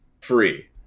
Free